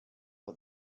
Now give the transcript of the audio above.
for